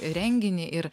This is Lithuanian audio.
renginį ir